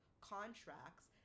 contracts